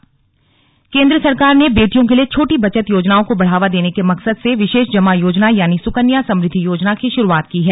slug Sukanya योजना केंद्र सरकार ने बेटियों के लिए छोटी बचत योजनाओं को बढ़ावा देने के मकसद से विशेष जमा योजना यानी सुकन्या समुद्धि योजना की श्रुआत की है